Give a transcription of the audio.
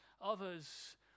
others